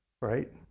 right